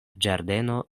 ĝardeno